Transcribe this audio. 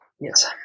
yes